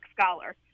Scholar